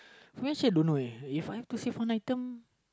actually I don't know leh If I have to save one item